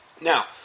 Now